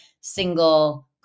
single